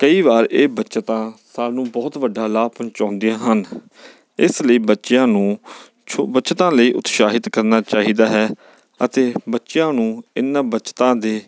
ਕਈ ਵਾਰ ਇਹ ਬੱਚਤਾਂ ਸਾਨੂੰ ਬਹੁਤ ਵੱਡਾ ਲਾਭ ਪਹੁੰਚਾਉਂਦੀਆਂ ਹਨ ਇਸ ਲਈ ਬੱਚਿਆਂ ਨੂੰ ਬੱਚਤਾਂ ਲਈ ਉਤਸ਼ਾਹਿਤ ਕਰਨਾ ਚਾਹੀਦਾ ਹੈ ਅਤੇ ਬੱਚਿਆਂ ਨੂੰ ਇਹਨਾਂ ਬੱਚਤਾਂ ਦੇ